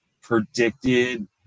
predicted